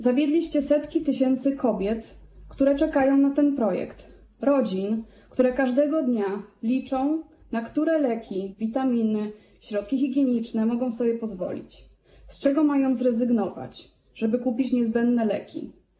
Zawiedliście setki tysięcy kobiet, które czekają na ten projekt, rodzin, które każdego dnia liczą, na które leki, witaminy, środki higieniczne mogą sobie pozwolić, z czego mają zrezygnować, żeby kupić niezbędne leki.